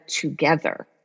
together